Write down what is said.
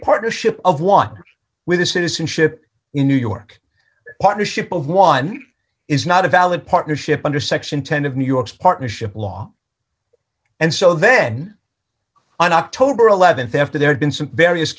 partnership of one with the citizenship in new york partnership of one is not a valid partnership under section ten of new york's partnership law and so then on october th after they're done some various